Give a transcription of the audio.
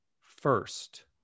first